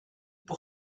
pour